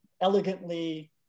elegantly